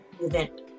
event